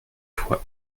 fois